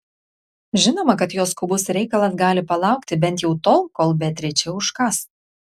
žinoma kad jos skubus reikalas gali palaukti bent jau tol kol beatričė užkąs